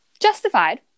justified